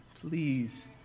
please